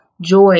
joy